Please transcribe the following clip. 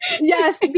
Yes